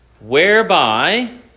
Whereby